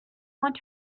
want